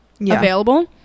available